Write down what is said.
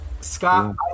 Scott